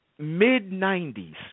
mid-'90s